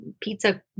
pizza